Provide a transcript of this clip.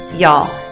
Y'all